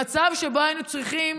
במצב שבו היינו צריכים